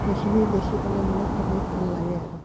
সেইখিনি দেখি পেলাই মানে খুবেই ভাল লাগে আৰু